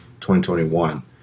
2021